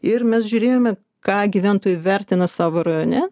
ir mes žiūrėjome ką gyventojai vertina savo rajone